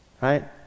right